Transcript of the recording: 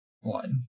one